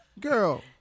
Girl